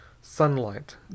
Sunlight